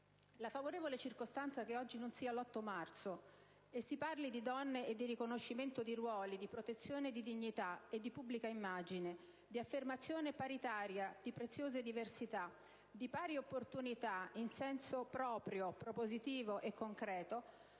la favorevole circostanza che oggi non sia 1'8 marzo e si parli di donne e di riconoscimento di ruoli, di protezione di dignità e di pubblica immagine, di affermazione paritaria di preziose diversità, di pari opportunità in senso proprio, propositivo e concreto,